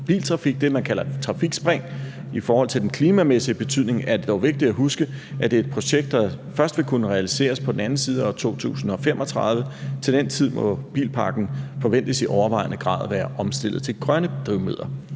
biltrafik – det, man kalder trafikspring. I forhold til den klimamæssige betydning er det dog vigtigt at huske, at det er et projekt, der først vil kunne realiseres på den anden side af år 2035. Til den tid må bilparken forventes i overvejende grad at være omstillet til grønne drivmidler.